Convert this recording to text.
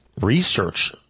research